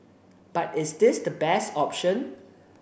but is this the best option